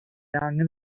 angen